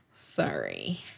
Sorry